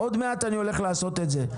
עוד מעט אני הולך לעשות את זה,